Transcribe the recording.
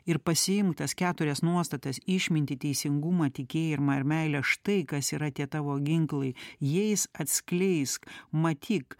ir pasiimk tas keturias nuostatas išmintį teisingumą tikėjimą ir meilę štai kas yra tie tavo ginklai jais atskleisk matyk